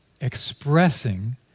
expressing